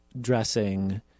dressing